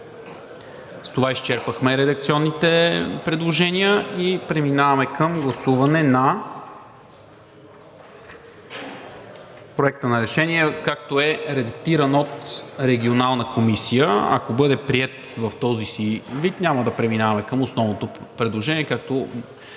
С това изчерпахме редакционните предложения и преминаваме към гласуване на Проекта на решение, както е редактиран от Регионалната комисия. Ако бъде приет в този си вид, няма да преминаваме към основното предложение, както